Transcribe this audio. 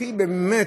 באמת,